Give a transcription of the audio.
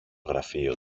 γραφείο